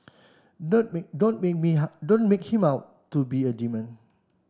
don't make don't make me how don't make him out to be a demon